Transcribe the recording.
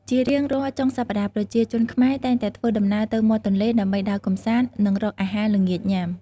ជារៀងរាល់ចុងសប្ដាហ៍ ប្រជាជនខ្មែរតែងតែធ្វើដំណើរទៅមាត់ទន្លេ ដើម្បីដើរកំសាន្ត និងរកអាហារល្ងាចញុំា។